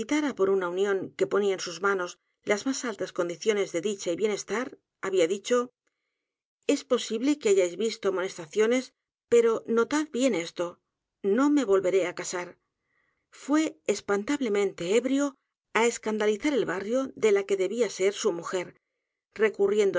por una unión que ponía en sus manos las m á s altas condiciones de dicha y bienestar había dicho es posible que hayáis visto amonestaciones pero notad bien esto no me volveré á casar fué espantablemente ebrio á escandalizar el barrio de la que debía ser su mujer